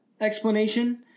explanation